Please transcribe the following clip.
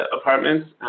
apartments